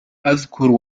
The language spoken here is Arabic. أذكر